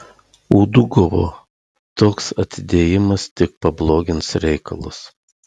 udugovo toks atidėjimas tik pablogins reikalus